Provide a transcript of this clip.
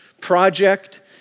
project